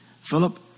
Philip